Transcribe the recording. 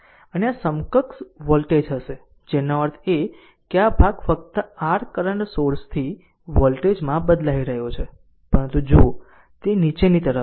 અને આ સમકક્ષ વોલ્ટેજ હશે જેનો અર્થ છે કે આ ભાગ ફક્ત r કરંટ સોર્સથી વોલ્ટેજ માં બદલાઇ રહ્યો છે પરંતુ આ જુઓ તે નીચે તરફ છે